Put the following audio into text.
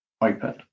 open